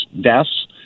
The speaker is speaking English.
deaths